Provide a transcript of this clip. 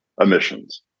emissions